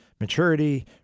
maturity